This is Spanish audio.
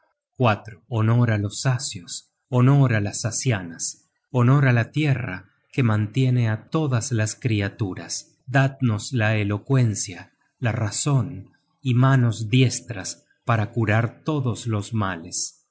honor á los asios honor á las asianas honor á la tierra que mantiene á todas las criaturas dadnos la elocuencia la razon y manos diestras para curar todos los males